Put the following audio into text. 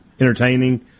entertaining